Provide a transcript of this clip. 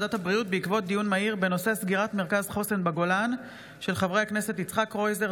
ועדת הבריאות בעקבות דיון מהיר בהצעתם של חברי הכנסת יצחק קרויזר,